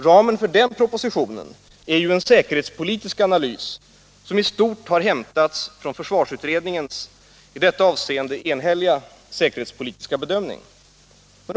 Ramen för den propositionen är ju en säkerhetspolitisk analys som i stort har hämtats från försvarsutredningens i detta avseende enhälliga säkerhetspolitiska bedömning.